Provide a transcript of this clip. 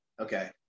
Okay